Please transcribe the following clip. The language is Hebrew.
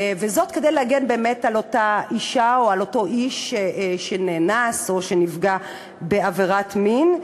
כדי להגן באמת על אותה אישה או על אותו איש שנאנס או שנפגע בעבירת מין.